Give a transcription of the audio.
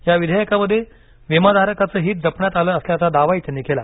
या विधेयकामध्ये विमाधारकाचे हित जपण्यात आलं असल्याचा दावाही त्यांनी केला